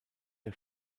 der